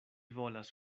volas